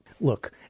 Look